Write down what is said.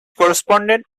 corresponded